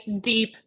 deep